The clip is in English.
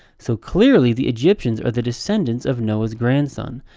so clearly, the egyptians are the descendants of noah's grandson.